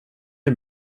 dig